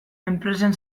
enpresen